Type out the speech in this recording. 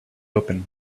open